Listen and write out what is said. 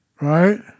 Right